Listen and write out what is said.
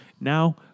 Now